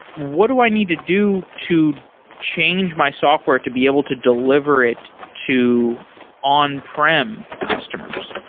what do i need to do to change my software to be able to deliver it to on-prem customers?